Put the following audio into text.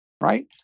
Right